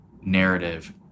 narrative